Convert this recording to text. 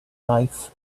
life